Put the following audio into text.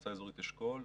מועצה אזורית אשכול,